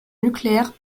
nucléaires